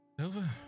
Over